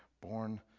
born